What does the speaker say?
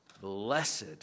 blessed